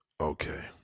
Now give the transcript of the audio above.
Okay